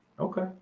Okay